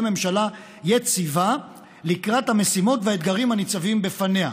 ממשלה יציבה לקראת המשימות והאתגרים הניצבים בפניה".